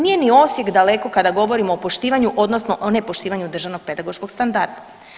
Nije ni Osijek daleko kada govorimo o poštivanju odnosno ne poštivanju državnog pedagoškog standarda.